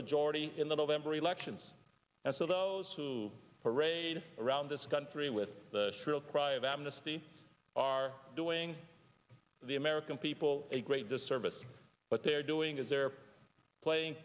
majority in the november elections and so those who parade around this country with the shrill cry of amnesty are doing the american people a great disservice what they're doing is they're playing